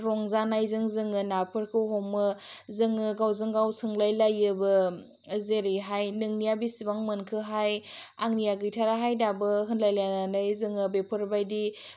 रंजानायजों जोङो नाफोरखौ हमो जोङो गावजों गाव सोंलायलायोबो जेरैहाय नोंनिया बिसिबा मोनखोहाय आंनिया गैथाराहाय दाबो होनलायलायनानै जोङो बेफोर बायदि